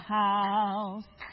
house